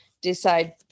decide